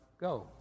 go